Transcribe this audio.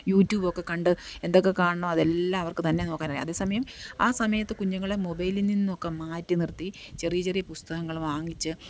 you ട്യൂബൊക്കെ കണ്ട് എന്തൊക്കെ കാണണം അതെല്ലാം അവർക്ക് തന്നെ നോക്കാനറിയാം അതേസമയം ആ സമയത്ത് കുഞ്ഞുങ്ങളെ മൊബൈലില് നിന്നൊക്കെ മാറ്റി നിർത്തി ചെറിയ ചെറിയ പുസ്തകങ്ങൾ വാങ്ങിച്ച്